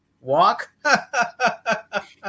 Walk